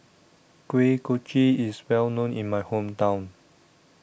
Kuih Kochi IS Well known in My Hometown